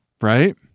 Right